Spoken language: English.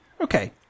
Okay